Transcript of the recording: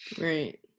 right